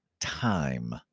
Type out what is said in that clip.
time